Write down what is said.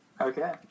Okay